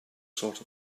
sort